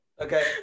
Okay